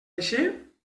així